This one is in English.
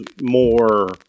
more